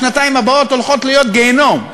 השנתיים הבאות הולכות להיות גיהינום,